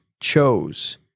chose